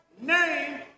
name